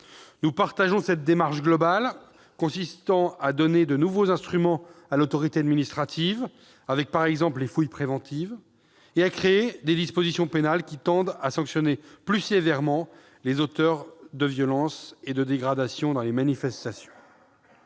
Nous partageons cette démarche globale consistant à donner de nouveaux instruments à l'autorité administrative avec, par exemple, les fouilles préventives, et à créer des dispositions pénales qui tendent à sanctionner plus sévèrement les auteurs de violences et de dégradations dans les manifestations.